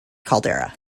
caldera